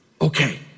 Okay